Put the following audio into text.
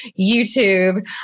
YouTube